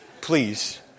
Please